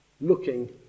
looking